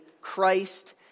Christ